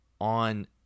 on